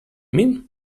mean